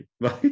right